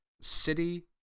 city